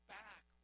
back